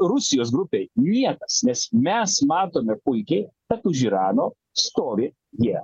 rusijos grupei niekas nes mes matome puikiai kad už irano stovi jie